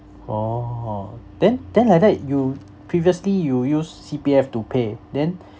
oh then then like that you previously you use C_P_F to pay then